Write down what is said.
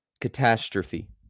catastrophe